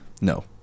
No